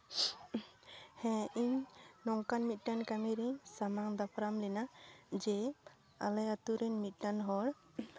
ᱦᱮᱸ ᱤᱧ ᱱᱚᱝᱠᱟᱱ ᱢᱤᱫᱴᱮᱱ ᱠᱟᱹᱢᱤ ᱨᱤᱧ ᱥᱟᱢᱟᱝ ᱫᱟᱯᱨᱟᱢ ᱞᱮᱱᱟ ᱡᱮ ᱟᱞᱮ ᱟᱹᱛᱩ ᱨᱤᱱ ᱢᱤᱫᱴᱟᱱ ᱦᱚᱲ